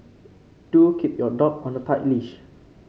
do keep your dog on a tight leash